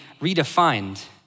redefined